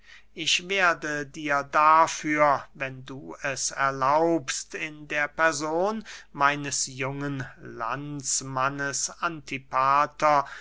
ich werde dir dafür wenn du es erlaubst in der person meines jungen landsmannes antipater